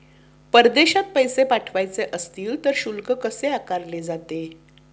परदेशात पैसे पाठवायचे असतील तर शुल्क कसे आकारले जाते?